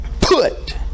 put